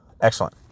Excellent